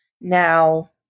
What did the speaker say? Now